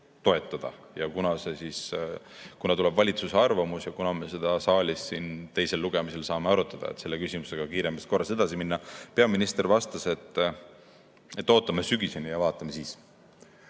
Ja kunas tuleb valitsuse arvamus ja kunas me seda siin saalis teisel lugemisel saame arutada, et selle küsimusega kiiremas korras edasi minna. Peaminister vastas, et ootame sügiseni ja vaatame siis.